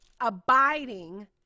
abiding